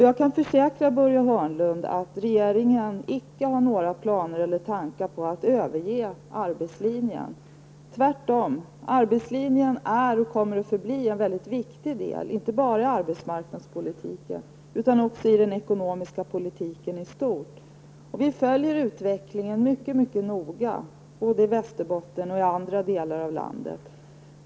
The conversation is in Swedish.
Jag kan försäkra Börje Hörnlund om att regeringen icke har några planer på att överge arbetslinjen. Tvärtom är arbetslinjen, och kommer att vara, en mycket viktig del inte bara i arbetsmarknadspolitiken utan även i den ekonomiska politiken i stort. Vi följer utvecklingen mycket noga i Västerbotten och i andra delar av landet.